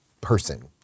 person